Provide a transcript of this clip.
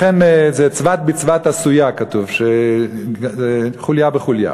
לכן, זה צבת בצבת עשויה, כמו שכתוב, חוליה בחוליה.